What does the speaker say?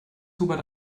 hubert